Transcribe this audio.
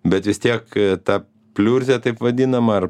bet vis tiek ta pliurzė taip vadinama ar